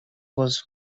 was